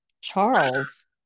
Charles